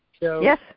Yes